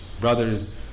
brothers